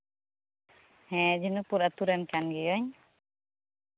ᱦᱮᱸ ᱡᱷᱤᱱᱩᱠᱯᱩᱨ ᱟᱹᱛᱩ ᱨᱮᱱ ᱠᱟᱱ ᱜᱤᱭᱟᱹᱧ